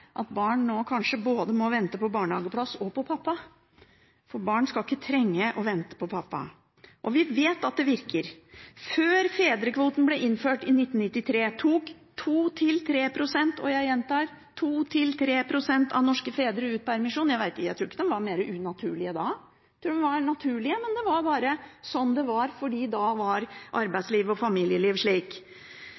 at barn kanskje må vente både på barnehageplass og på pappa. Barn skal ikke trenge å vente på pappa. Vi vet at det virker. Før fedrekvoten ble innført i 1993, tok 2–3 pst. – og jeg gjentar: 2–3 pst. – av norske fedre ut permisjon. Jeg tror ikke de var mer unaturlig da, jeg tror de var naturlige. Men det var bare sånn det var da, fordi da var